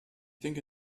denke